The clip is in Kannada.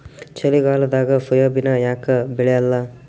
ಚಳಿಗಾಲದಾಗ ಸೋಯಾಬಿನ ಯಾಕ ಬೆಳ್ಯಾಲ?